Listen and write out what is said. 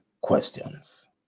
questions